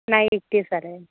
नाही तीस सालन